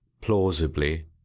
Plausibly